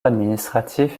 administratif